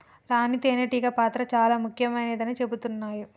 రాణి తేనే టీగ పాత్ర చాల ముఖ్యమైనదని చెబుతున్నరు